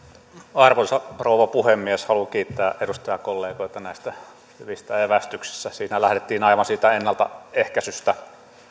arvoisa rouva puhemies haluan kiittää edustajakollegoita näistä hyvistä evästyksistä niissä lähdettiin aivan siitä ennaltaehkäisystä